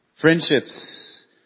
friendships